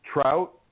Trout